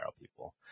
people